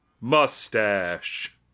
Mustache